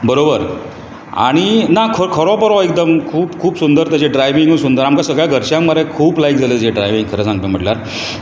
बरोबर आनी ना खरो बरो एकदम खूब खूब सुंदर तेजे ड्रायविंगय सुंदर आमकां सगळ्यां घरच्यांक मरे खूब लायक जाले तेजे ड्रायविंग खरें सांगतां म्हटल्यार